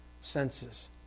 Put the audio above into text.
senses